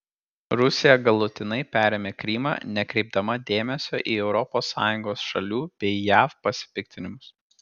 rusija galutinai perėmė krymą nekreipdama dėmesio į europos sąjungos šalių bei jav pasipiktinimus